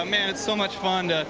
um and and so much fun